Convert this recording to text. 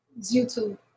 YouTube